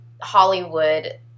Hollywood